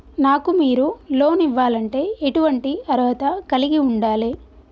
నాకు మీరు లోన్ ఇవ్వాలంటే ఎటువంటి అర్హత కలిగి వుండాలే?